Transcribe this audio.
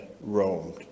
roamed